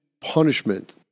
punishment